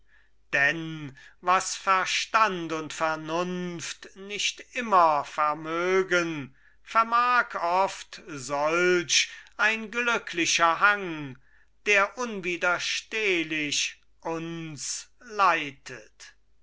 denn was verstand und vernunft nicht immer vermögen vermag oft solch ein glücklicher hang der unwiderstehlich uns leitet